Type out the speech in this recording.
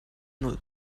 null